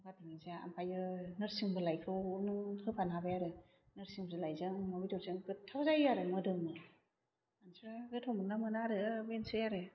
गंगार दुनदिया ओमफायो नोरसिं बिलायखौ नों होफानो हाबाय आरो नोरसिं बिलाइजों अमा बेदरजों गोथाव जायो आरो मोदोमो मोनसिफ्रा गोथाव मोनो ना मोना आरो बेनोसै आरो